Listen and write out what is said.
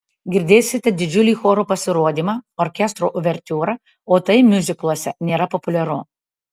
girdėsite didžiulį choro pasirodymą orkestro uvertiūrą o tai miuzikluose nėra populiaru